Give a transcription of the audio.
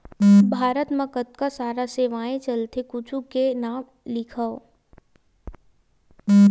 भारत मा कतका सारा सेवाएं चलथे कुछु के नाम लिखव?